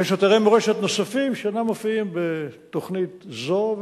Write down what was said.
יש אתרי מורשת נוספים שאינם מופיעים בתוכנית זו,